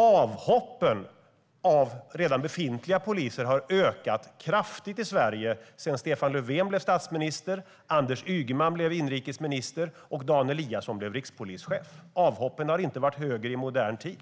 Avhoppen av befintliga poliser har ökat kraftigt i Sverige sedan Stefan Löfven blev statsminister, Anders Ygeman blev inrikesminister och Dan Eliasson blev rikspolischef. Avhoppen har inte varit högre i modern tid.